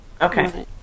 Okay